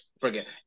forget